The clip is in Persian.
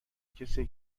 کسیه